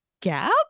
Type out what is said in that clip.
gap